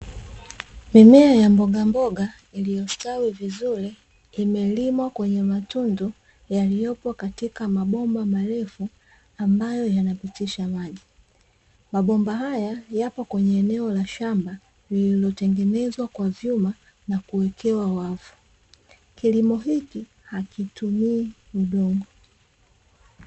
Mimea ya mbogamboga iliyostawi vizuri, imelimwa kwenye matundu yaliyopo katika mabomba marefu, ambayo yanapitisha maji. Mabomba haya yapo kwenye eneo la shamba, lililotengenezwa kwa vyuma na kuekewa wavu. Kilimo hiki hakitumii udongo.